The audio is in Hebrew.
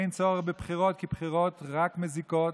אין צורך בבחירות, כי בחירות רק מזיקות.